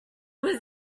was